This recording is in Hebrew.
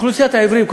אוכלוסיית העיוורים,